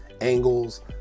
angles